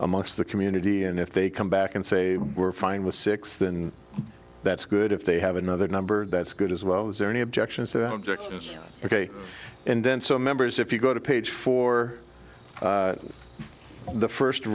amongst the community and if they come back and say we're fine with six then that's good if they have another number that's good as well is there any objections there objectives ok and then so members if you go to page four the first